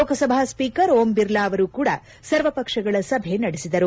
Lok Sabha speaker Om Birla ಅವರೂ ಕೂಡ ಸರ್ವಪಕ್ಷಗಳ ಸಭೆ ನಡೆಸಿದರು